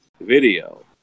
video